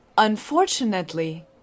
Unfortunately